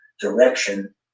direction